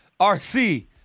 RC